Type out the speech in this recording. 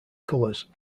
colors